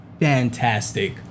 fantastic